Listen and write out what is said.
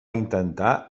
intentar